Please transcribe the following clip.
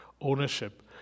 ownership